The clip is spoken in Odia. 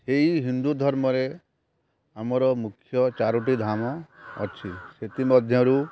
ଏଇ ହିନ୍ଦୁ ଧର୍ମରେ ଆମର ମୁଖ୍ୟ ଚାରୋଟି ଧାମ ଅଛି ସେଥିମଧ୍ୟରୁ